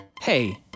Hey